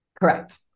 Correct